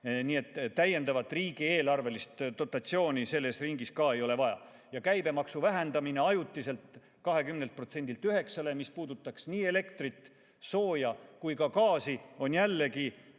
Nii et täiendavat riigieelarvelist dotatsiooni selles ringis ka ei ole vaja. Käibemaksu vähendamine ajutiselt 20%‑lt 9%‑le, mis puudutaks nii elektrit, sooja kui ka gaasi, on jällegi